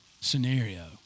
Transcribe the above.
scenario